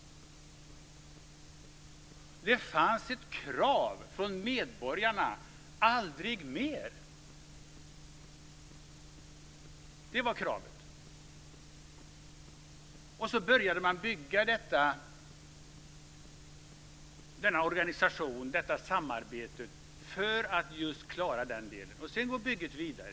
Det fanns ett krav från medborgarna: Aldrig mer! Det var kravet. Då började man bygga denna organisation, detta samarbete, för att klara den delen. Sedan går bygget vidare.